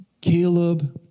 Caleb